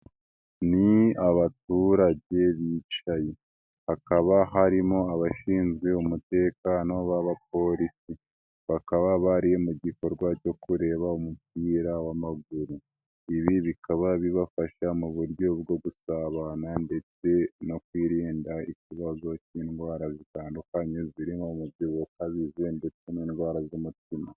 Ni abaturage bicaye hakaba harimo abashinzwe umutekano b'abapolisi, bakaba bari mu gikorwa cyo kureba umupira w'amaguru, ibi bikaba bibafasha mu buryo bwo gusabana ndetse no kwirinda ikibazo cy'indwara zitandukanye zirimo umubyibuho ukabije ndetse n'indwara z'umutima.